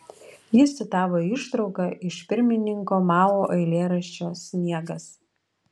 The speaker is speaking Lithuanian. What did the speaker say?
jis citavo ištrauką iš pirmininko mao eilėraščio sniegas